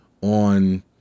on